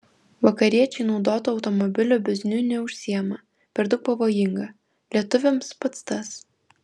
vakariečiai naudotų automobilių bizniu neužsiima per daug pavojinga lietuviams pats tas